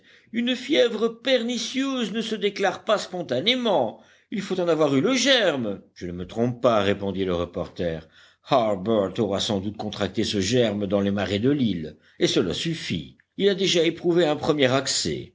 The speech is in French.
une fièvre pernicieuse ne se déclare pas spontanément il faut en avoir eu le germe je ne me trompe pas répondit le reporter harbert aura sans doute contracté ce germe dans les marais de l'île et cela suffit il a déjà éprouvé un premier accès